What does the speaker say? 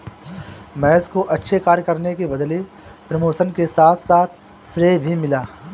महेश को अच्छे कार्य करने के बदले प्रमोशन के साथ साथ श्रेय भी मिला